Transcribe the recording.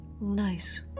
nice